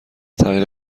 تقریبا